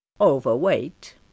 overweight